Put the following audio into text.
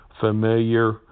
familiar